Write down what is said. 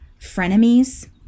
frenemies